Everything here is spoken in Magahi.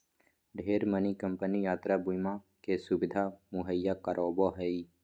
ढेरे मानी कम्पनी यात्रा बीमा के सुविधा मुहैया करावो हय